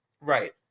Right